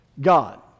God